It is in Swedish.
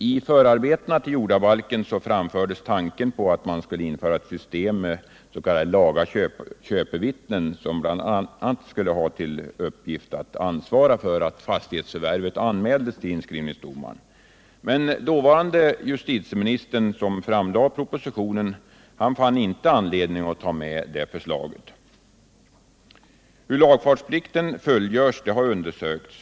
I förarbetena till jordabalken framfördes tanken på att man skulle införa ett system med s.k. laga köpevittnen, som bl.a. skulle ha till uppgift att ansvara för att fastighetsförvärvet anmäldes till inskrivningsdomaren. Men dåvarande justitieministern, som framlade propositionen, fann inte anledning att ta med det förslaget. Hur lagfartsplikten fullgörs har undersökts.